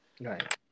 Right